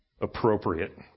appropriate